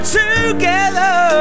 together